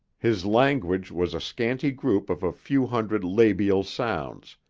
his language was a scanty group of a few hundred labial sounds,